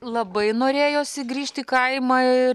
labai norėjosi grįžti į kaimą ir